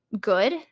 good